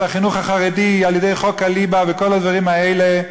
החינוך החרדי על-ידי חוק הליבה וכל הדברים האלה,